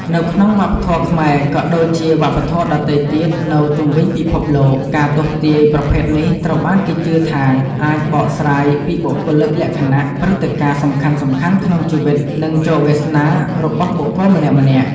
នៅក្នុងវប្បធម៌ខ្មែរ ក៏ដូចជាវប្បធម៌ដទៃទៀតនៅជុំវិញពិភពលោក ការទស្សន៍ទាយប្រភេទនេះត្រូវបានគេជឿថាអាចបកស្រាយពីបុគ្គលិកលក្ខណៈ ព្រឹត្តិការណ៍សំខាន់ៗក្នុងជីវិត និងជោគវាសនារបស់បុគ្គលម្នាក់ៗ។